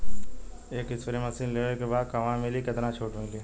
एक spray machine लेवे के बा कहवा मिली केतना छूट मिली?